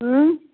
हूँ